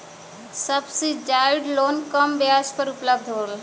subsidise loan कम ब्याज पर उपलब्ध रहला